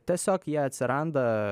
tiesiog jie atsiranda